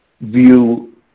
view